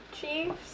Chiefs